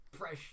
fresh